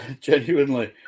genuinely